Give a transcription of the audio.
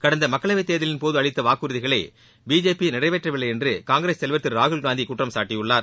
கடந்த மக்களவை தேர்தலின் போது அளித்த வாக்குறதிகளை பிஜேபி நிறைவேற்றவில்லை என்று காங்கிரஸ் தலைவர் திரு ராகுல்காந்தி குற்றம்சாட்டியுள்ளார்